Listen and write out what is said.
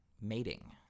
mating